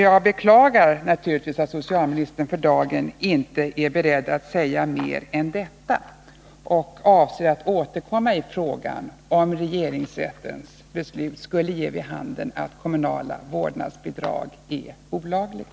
Jag beklagar naturligtvis att socialministern inte för dagen är beredd att säga mer än detta, och jag avser att återkomma i frågan, om regeringsrättens beslut skulle ge vid handen att kommunala vårdnadsbidrag är olagliga.